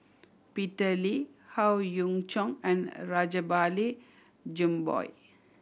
Peter Lee Howe Yoon Chong and Rajabali Jumabhoy